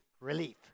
relief